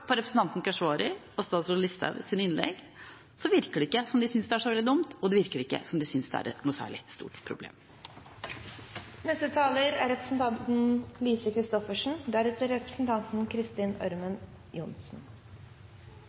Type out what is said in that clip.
på representanten Keshvari og statsråd Listhaugs innlegg, synes jeg ikke det virker som de synes det er så veldig dumt, og det virker ikke som de synes det er et særlig stort problem. Sist uke var det innstramminger, i dag integrering. Sist uke var presselosjen full, i dag er